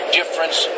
difference